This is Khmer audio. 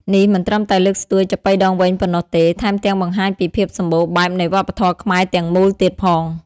នេះមិនត្រឹមតែលើកស្ទួយចាប៉ីដងវែងប៉ុណ្ណោះទេ ថែមទាំងបង្ហាញពីភាពសម្បូរបែបនៃវប្បធម៌ខ្មែរទាំងមូលទៀតផង។